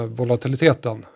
volatiliteten